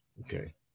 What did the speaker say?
Okay